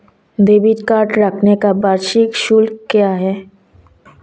Debit card रखने का वार्षिक शुल्क क्या है?